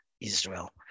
Israel